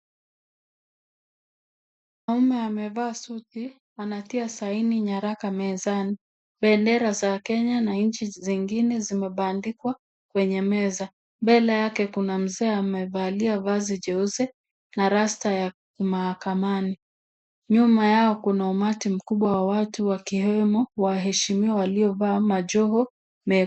Mwanaume amevaa suti anatia saini nyaraka mezani. Bendera za Kenya na nchi zingine zimebandikwa kwenye meza. Mbele yake kuna mzee amevalia vazi jeusi na rasta ya mahakamani. Nyuma yao kuna umati mkubwa wa watu wakiwemo waheshimiwa waliovaa majoho mekundu.